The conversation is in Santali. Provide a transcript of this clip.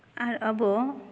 ᱟᱨ ᱟᱵᱚ